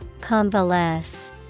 Convalesce